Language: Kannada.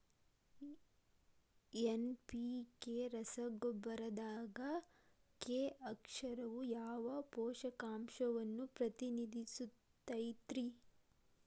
ಎನ್.ಪಿ.ಕೆ ರಸಗೊಬ್ಬರದಾಗ ಕೆ ಅಕ್ಷರವು ಯಾವ ಪೋಷಕಾಂಶವನ್ನ ಪ್ರತಿನಿಧಿಸುತೈತ್ರಿ?